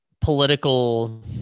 political